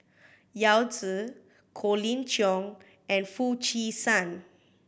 Yao Zi Colin Cheong and Foo Chee San